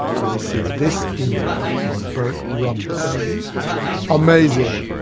i received this email from burt rumdock amazing!